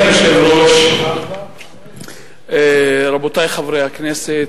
היושב-ראש, רבותי חברי הכנסת,